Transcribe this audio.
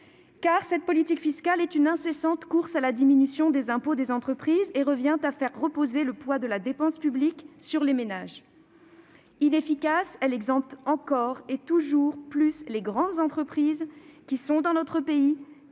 ? Cette politique fiscale est une incessante course à la diminution des impôts des entreprises qui revient à faire reposer le poids de la dépense publique sur les ménages. Inefficace, elle exempte encore et toujours plus les grandes entreprises pourtant bien moins